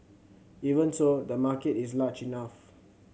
even so the market is large enough